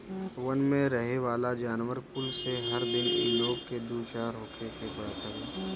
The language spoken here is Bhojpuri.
वन में रहेवाला जानवर कुल से हर दिन इ लोग के दू चार होखे के पड़त हवे